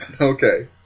Okay